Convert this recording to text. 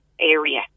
area